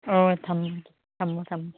ꯑꯣ ꯊꯝꯃꯒꯦ ꯊꯝꯃꯣ ꯊꯝꯃꯣ